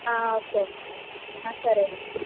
okay అండి సరే అండి